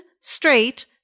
straight